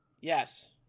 Yes